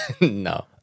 No